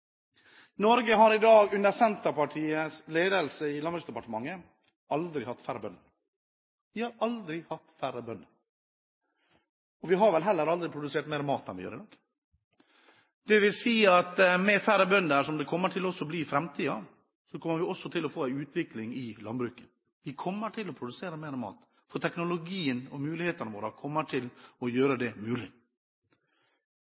Norge har i dag under Senterpartiets ledelse i Landbruksdepartementet aldri hatt færre bønder. Vi har aldri hatt færre bønder. Vi har vel heller aldri produsert mer mat enn vi gjør i dag. Det vil si at med færre bønder, som det kommer til å bli i framtiden, kommer vi også til å få en utvikling i landbruket. Vi kommer til å produsere mer mat, for teknologi og muligheter kommer til å gjøre